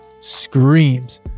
screams